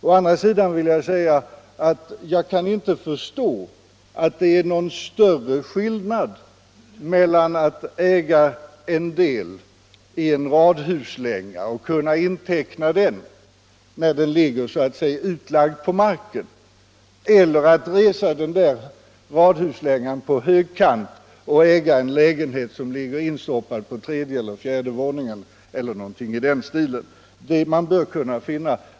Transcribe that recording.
Å andra sidan kan jag inte förstå att det är någon större skillnad mellan att äga en del i en radhuslänga, som ligger utlagd på marken, och kunna inteckna den och att — om nu den där radhuslängan reses på högkant — äga en lägenhet som ligger instoppad på tredje eller fjärde våningen eller något i den stilen.